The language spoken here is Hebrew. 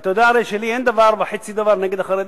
ואתה הרי יודע שלי אין דבר וחצי דבר נגד החרדים.